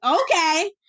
okay